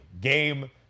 game